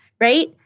right